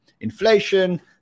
Inflation